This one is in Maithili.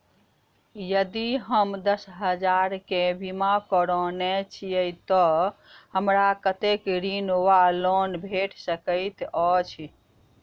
यदि हम दस हजार केँ बीमा करौने छीयै तऽ हमरा कत्तेक ऋण वा लोन भेट सकैत अछि?